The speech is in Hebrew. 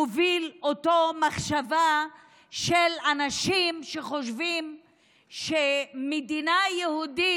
מובילה אותו מחשבה של אנשים שחושבים שמדינה יהודית,